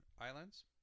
islands